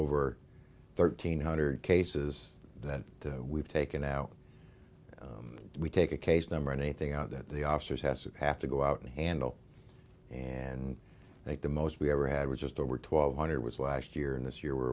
over thirteen hundred cases that we've taken out we take a case number anything out that the officers has to have to go out and handle and i think the most we ever had was just over twelve hundred was last year and this year we're